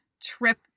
trip